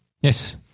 Yes